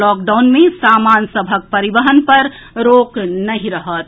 lockdown मे सामान सभक परिवहन पर रोक नहि रहत